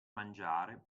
mangiare